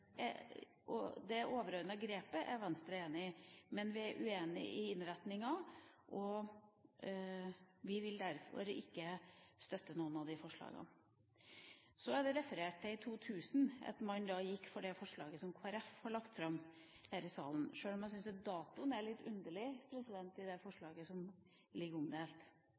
til bøndene. Det overordnede grepet er Venstre enig i, men vi er uenig i innretninga. Vi vil derfor ikke støtte noen av de forslagene. Så er det referert til 2000 og at man da gikk for et nesten identisk forslag som det Kristelig Folkeparti har lagt fram her i salen, sjøl om jeg syns datoen er litt underlig i det forslaget som